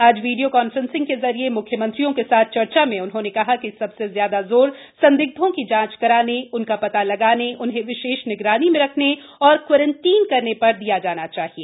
आज video conferencing के जरिये मुख्यमंत्रियों के साथ चर्चा में उन्होंने कहा कि सबसे ज्यादा जोर संदिग्धों की जांच कराने उनका प्रता लगाने उन्हें विशेष निगरानी में रखने और क्वरैंटीन ार दिया जाना चाहिए